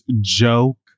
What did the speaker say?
joke